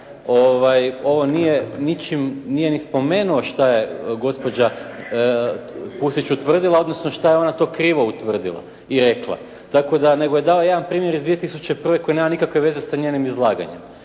nije ni spomenuo šta je gospođa Pusić utvrdila, odnosno šta je ona to krivo utvrdila i rekla. Nego je dala jedan primjer iz 2001. koji nema nikakve veze sa njezinim izlaganjem.